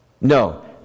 No